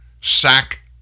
sack